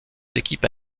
équipes